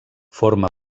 forma